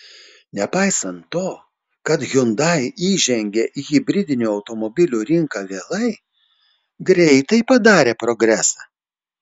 nepaisant to kad hyundai įžengė į hibridinių automobilių rinką vėlai greitai padarė progresą